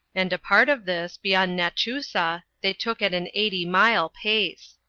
and a part of this, beyond nachusa, they took at an eighty-mile pace.